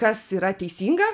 kas yra teisinga